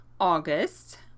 August